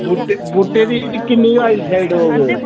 बूह् बूह्टे दी किन्नी गै हाइट साइट होग